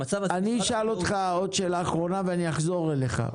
אני אשאל אותך עוד שאלה אחרונה ואני אחזור אלייך,